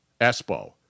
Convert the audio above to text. Espo